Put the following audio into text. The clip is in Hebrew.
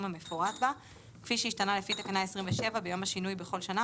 המפורט בה כפי שהשתנה לפי תקנה 27 ביום השינוי בכל שנה